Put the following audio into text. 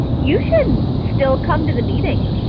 you should still come to the meetings,